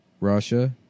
Russia